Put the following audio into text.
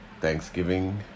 Thanksgiving